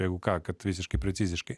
jeigu ką kad visiškai preciziškai